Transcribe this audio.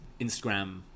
instagram